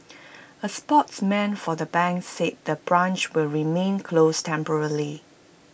A spokesman for the bank said the branch will remain closed temporarily